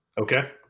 Okay